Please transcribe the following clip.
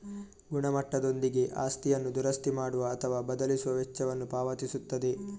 ಗುಣಮಟ್ಟದೊಂದಿಗೆ ಆಸ್ತಿಯನ್ನು ದುರಸ್ತಿ ಮಾಡುವ ಅಥವಾ ಬದಲಿಸುವ ವೆಚ್ಚವನ್ನು ಪಾವತಿಸುತ್ತದೆ